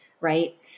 right